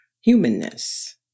humanness